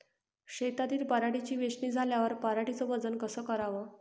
शेतातील पराटीची वेचनी झाल्यावर पराटीचं वजन कस कराव?